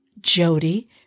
Jody